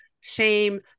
Shame